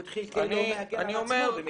לא, אבל הוא התחיל כאילו הוא מגן על עצמו.